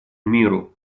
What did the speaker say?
миру